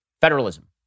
federalism